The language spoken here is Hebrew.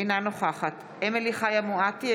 אינה נוכחת אמילי חיה מואטי,